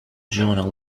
journal